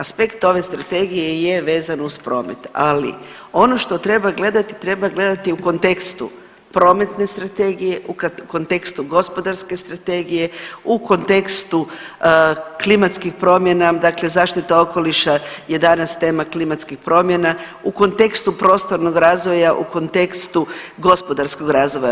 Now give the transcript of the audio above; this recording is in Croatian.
Aspekt ove strategije je vezan uz promet, ali ono što treba gledati, treba gledati u kontekstu Prometne strategije, u kontekstu Gospodarske strategije, u kontekstu klimatskih promjena dakle zaštita okoliša je danas tema klimatskih promjena, u kontekstu prostornog razvoja, u kontekstu gospodarskog razvoja.